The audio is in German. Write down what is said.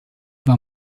war